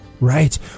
Right